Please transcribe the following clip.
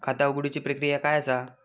खाता उघडुची प्रक्रिया काय असा?